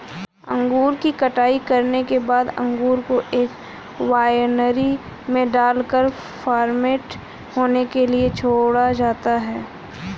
अंगूर की कटाई करने के बाद अंगूर को एक वायनरी में डालकर फर्मेंट होने के लिए छोड़ा जाता है